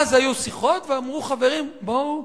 אז היו שיחות ואמרו: חברים, בואו